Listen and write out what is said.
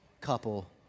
couple